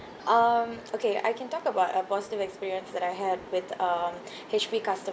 um okay I can talk about a positive experience that I had with um H_P customer